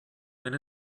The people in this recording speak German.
wenn